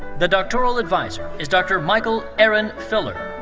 the doctoral adviser is dr. michael aaron filler.